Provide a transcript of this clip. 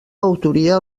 autoria